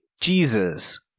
jesus